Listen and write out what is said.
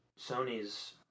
Sony's